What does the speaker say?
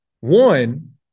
one